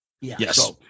yes